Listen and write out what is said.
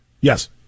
Yes